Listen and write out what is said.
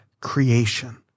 creation